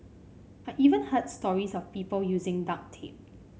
I even heard stories of people using duct tape